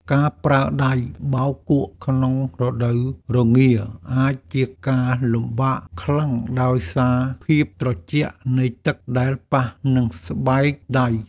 ការប្រើដៃបោកគក់ក្នុងរដូវរងាអាចជាការលំបាកខ្លាំងដោយសារភាពត្រជាក់នៃទឹកដែលប៉ះនឹងស្បែកដៃ។